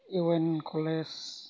इउएन college